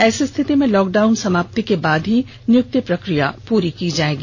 ऐसी स्थिति में लॉक डाउन समाप्ति के उपरांत ही नियुक्ति प्रक्रिया पूरी की जाएगी